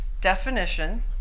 definition